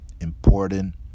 important